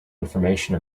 information